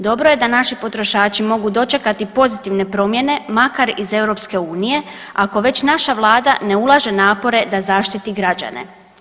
Dobro je da naši potrošači mogu dočekati pozitivne promjene makar iz EU ako već naša Vlada ne ulaže napore da zaštiti građane.